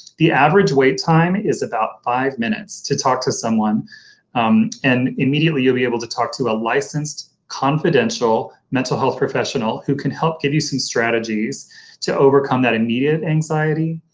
the average wait time is about five minutes to talk to someone and immediately you'll be able to talk to a licensed, confidential mental health professional who can help give you some strategies to overcome that immediate anxiety,